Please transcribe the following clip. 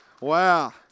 Wow